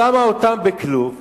שמה אותם בכלוב ואמרה: